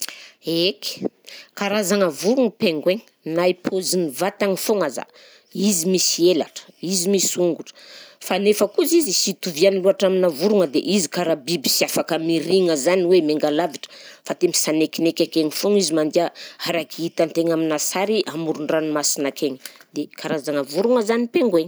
Eky! karazagna vorogna pingouins na i paozin'ny vatagny foagna aza, izy misy elatra, izy misy ongotra, fa nefa kosa izy sy itoviany loatra aminà vorogna de izy karaha biby sy afaka mirigna zany hoe menga lavitra fa de misanekineky akegny foagna izy mandeha, araka hitan-tegna aminà sary amoron-dranomasina akegny dia karazagna vorona zany pingouins.